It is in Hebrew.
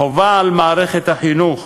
חובה על מערכת החינוך